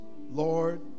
Lord